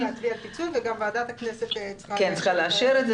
צריך להצביע על פיצול וגם ועדת הכנסת צריכה לאשר.